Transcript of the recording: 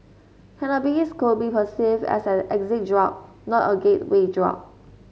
cannabis could be perceived as an exit drug not a gateway drug